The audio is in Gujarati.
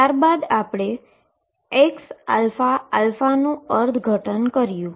ત્યારબાદ આપણે xαα નુ ઈન્ટર્પ્રીટેશનકર્યુ